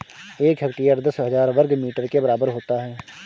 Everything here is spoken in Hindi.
एक हेक्टेयर दस हज़ार वर्ग मीटर के बराबर होता है